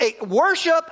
Worship